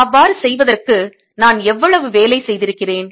அவ்வாறு செய்வதற்கு நான் எவ்வளவு வேலை செய்திருக்கிறேன்